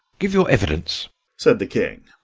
give your evidence said the king.